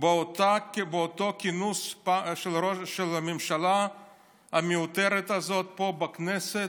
באותו כינוס של הממשלה המיותרת הזאת פה בכנסת,